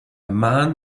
man